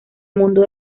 mundo